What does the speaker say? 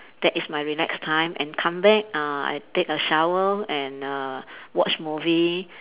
that is my relax time and come back uh I take a shower and uh watch movie